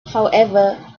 however